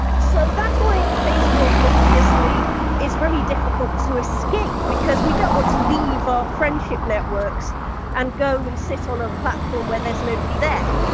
so that's why facebook obviously is very difficult to escape, because we don't want to leave our friendship networks and go and sit on a platform where there's nobody there.